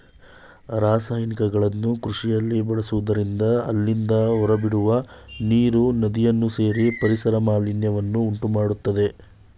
ರಾಸಾಯನಿಕಗಳನ್ನು ಕೃಷಿಯಲ್ಲಿ ಬಳಸುವುದರಿಂದ ಅಲ್ಲಿಂದ ಹೊರಬಿಡುವ ನೀರು ನದಿಯನ್ನು ಸೇರಿ ಪರಿಸರ ಮಾಲಿನ್ಯವನ್ನು ಉಂಟುಮಾಡತ್ತದೆ